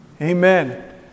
Amen